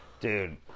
Dude